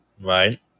right